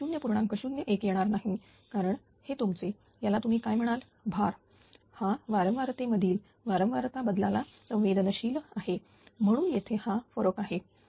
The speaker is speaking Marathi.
01 येणार नाही कारण हे तुमचे तुम्ही त्याला काय म्हणाल भार हा वारंवार ते मधील वारंवारता बदलाला संवेदनशील आहे म्हणूनच येथे हा फरक आहे